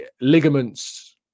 ligaments